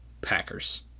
Packers